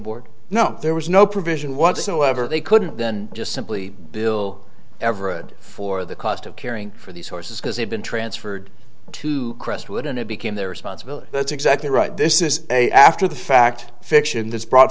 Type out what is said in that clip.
board no there was no provision whatsoever they couldn't then just simply bill ever a good for the cost of caring for these horses because they've been transferred to crestwood and it became their responsibility that's exactly right this is a after the fact fiction that's brought